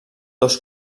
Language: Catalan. dos